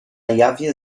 jawie